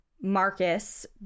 Marcus